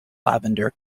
lavender